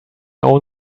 own